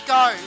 go